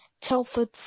Telford